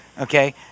okay